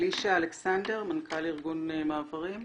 אלישע אלכסנדר, מנכ"ל ארגון מעברים.